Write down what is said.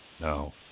No